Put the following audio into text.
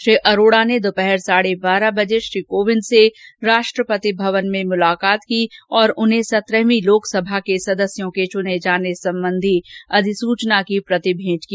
श्री अरोड़ा ने दोपहर साढ़े बारह बजे श्री कोविंद से राष्ट्रपति भवन में मुलाकात की और उन्हें सत्रहवीं लोकसभा के सदस्यों के चुने जाने संबंधी अधिसूचना की प्रति भेंट की